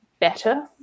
better